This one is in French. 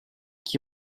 qui